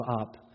up